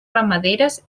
ramaderes